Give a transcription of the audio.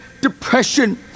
depression